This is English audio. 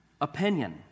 opinion